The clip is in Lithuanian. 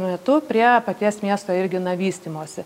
metu prie paties miesto irgi na vystymosi